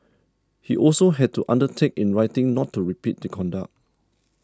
he also had to undertake in writing not to repeat the conduct